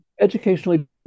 educationally